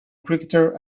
cricketer